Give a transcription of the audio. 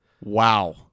Wow